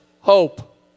hope